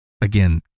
Again